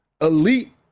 elite